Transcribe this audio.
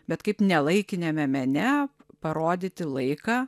bet kaip nelaikiniame mene parodyti laiką